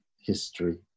history